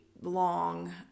long